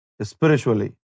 spiritually